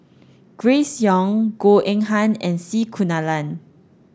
Grace Young Goh Eng Han and C Kunalan